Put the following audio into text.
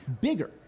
bigger